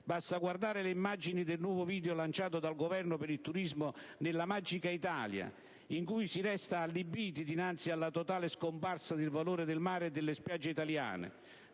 Basta guardare le immagini del nuovo video lanciato dal Governo per il turismo nella «Magica Italia», in cui si resta allibiti dinanzi alla totale scomparsa del valore del mare e delle spiagge italiane,